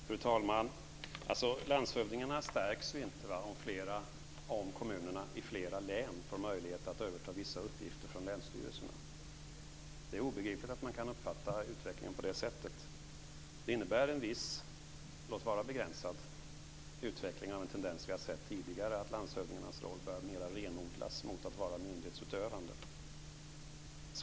Fru talman! Landshövdingarna stärks inte om kommunerna i flera län får möjlighet att överta vissa uppgifter från länsstyrelsen. Det är obegripligt att man kan uppfatta utvecklingen på det sättet. Det innebär en viss, låt vara begränsad, utveckling av en tendens som vi har sett tidigare, att landshövdingarnas roll börjar renodlas mer mot att de ska vara myndighetsutövande.